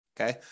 Okay